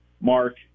mark